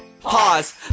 Pause